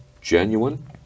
genuine